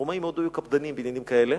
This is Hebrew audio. הרומאים היו מאוד קפדנים בעניינים כאלה.